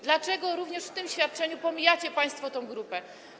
Dlaczego również w tym świadczeniu pomijacie państwo tę grupę?